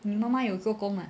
你妈妈有做工吗